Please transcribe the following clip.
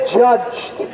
judged